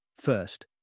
First